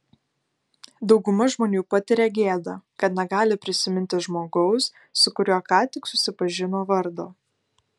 dauguma žmonių patiria gėdą kad negali prisiminti žmogaus su kuriuo ką tik susipažino vardo